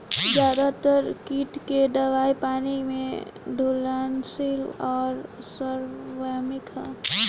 ज्यादातर कीट के दवाई पानी में घुलनशील आउर सार्वभौमिक ह?